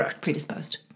predisposed